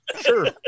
sure